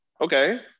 okay